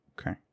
Okay